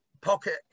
Pocket